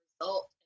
result